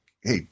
hey